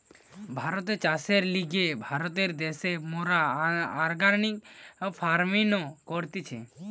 ভারত চাষের লিগে ভালো দ্যাশ, মোরা অর্গানিক ফার্মিনো করতেছি